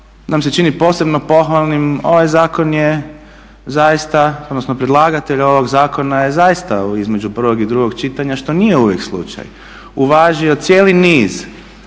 nam se čini posebno pohvalnim ovaj zakon je zaista odnosno predlagatelj ovog zakona je zaista između prvog i drugog čitanja, što nije uvijek slučaj, uvažio cijeli niz